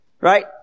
right